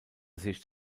sicht